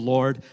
Lord